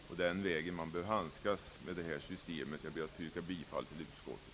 Det är den vägen man bör handskas med detta system. Jag ber att få yrka bifall till utskottets förslag.